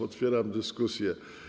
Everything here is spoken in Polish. Otwieram dyskusję.